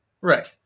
Right